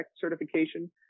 Certification